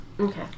Okay